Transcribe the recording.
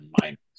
minus